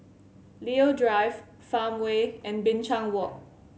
Leo Drive Farmway and Binchang Walk